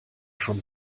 schon